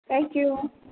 thank you